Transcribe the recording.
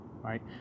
right